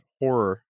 horror